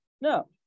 No